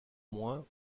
moins